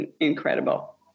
incredible